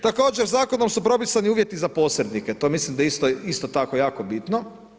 Također zakonom su propisani uvjeti za posrednike, to mislim da je isto tako jako bitno.